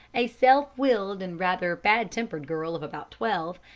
a self-willed and rather bad-tempered girl of about twelve,